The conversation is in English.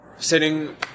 Sitting